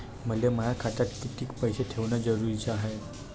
मले माया खात्यात कितीक पैसे ठेवण जरुरीच हाय?